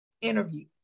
interview